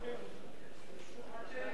אני